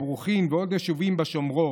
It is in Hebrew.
ברוכין ועוד יישובים בשומרון,